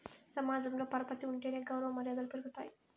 సమాజంలో పరపతి ఉంటేనే గౌరవ మర్యాదలు పెరుగుతాయి